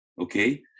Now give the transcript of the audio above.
okay